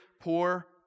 poor